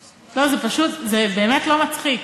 לא, זה באמת לא מצחיק.